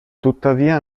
tuttavia